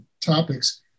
topics